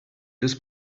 this